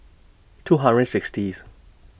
two hundred sixtieth